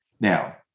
now